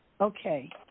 Okay